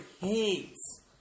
hates